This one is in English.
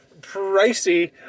pricey